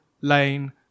Lane